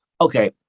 Okay